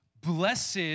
Blessed